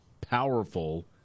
powerful